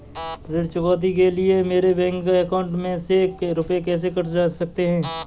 ऋण चुकौती के लिए मेरे बैंक अकाउंट में से रुपए कैसे कट सकते हैं?